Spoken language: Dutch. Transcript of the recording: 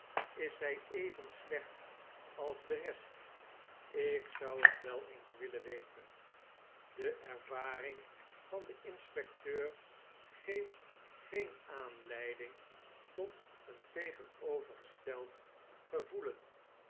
is zy even slecht als de rest ik zou het wel eens willen weten de ervaring van den inspecteur geel't geen aanleiding tot een tegenovergesteld gevoelen